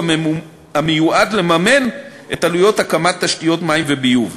המיועד לממן את עלויות הקמת תשתיות מים וביוב,